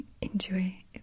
Enjoy